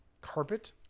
Carpet